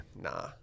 nah